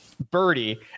birdie